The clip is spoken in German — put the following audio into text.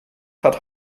hat